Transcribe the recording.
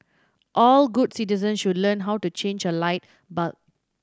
all good citizens should learn how to change a light bulb